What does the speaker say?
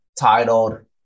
titled